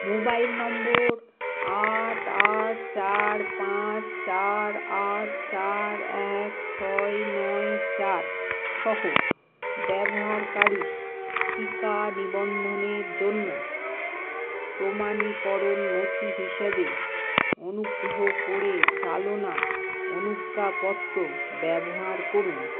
mobile নম্বর আট আট চার পাঁচ চার আট চার এক ছয় নয় চার সহ ব্যবহারকারীর টিকা নিবন্ধনের জন্য প্রমাণীকরণ নথি হিসেবে অনুগ্রহ করে চালনা অনুজ্ঞাপত্র ব্যবহার করুন